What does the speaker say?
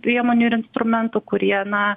priemonių ir instrumentų kurie na